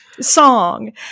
song